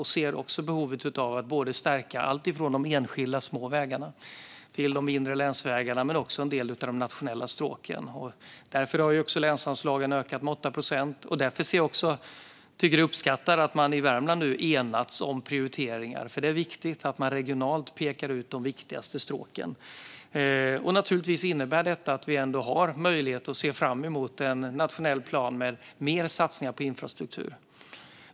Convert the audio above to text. Jag ser också behovet av att stärka alltifrån de enskilda, små vägarna och de mindre länsvägarna till en del av de nationella stråken. Därför har länsanslagen ökat med 8 procent. Därför uppskattar jag också att man i Värmland nu har enats om prioriteringar. Det är nämligen viktigt att man regionalt pekar ut de viktigaste stråken. Naturligtvis innebär detta att vi ändå har möjlighet att se fram emot en nationell plan med mer satsningar på infrastruktur.